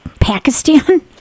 pakistan